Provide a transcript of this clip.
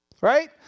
Right